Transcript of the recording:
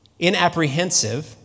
inapprehensive